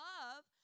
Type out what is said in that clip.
love